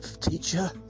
teacher